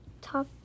top